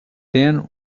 then